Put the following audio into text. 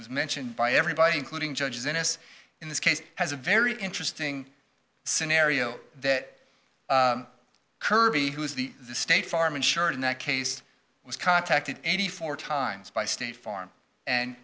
was mentioned by everybody including judges in this in this case has a very interesting scenario that kirby who is the state farm insurance that case was contacted eighty four times by state farm and